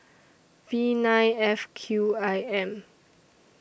V nine F Q I M